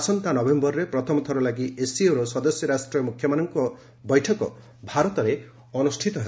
ଆସନ୍ତା ନଭେୟରରେ ପ୍ରଥମ ଥର ଲାଗି ଏସ୍ସିଓର ସଦସ୍ୟ ରାଷ୍ଟ୍ର ମୁଖ୍ୟମାନଙ୍କ ବୈଠକ ଭାରତରେ ଅନ୍ନଷ୍ପିତ ହେବ